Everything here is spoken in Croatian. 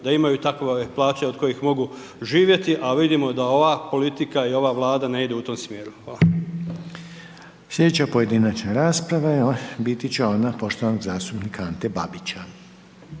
da imaju takve plaće od kojih mogu živjeti, a vidimo da ova politika i ova Vlada ne idu u tom smjeru. Hvala. **Reiner, Željko (HDZ)** Slijedeća pojedinačna rasprava biti će ona poštovanog zastupnika Ante Babića.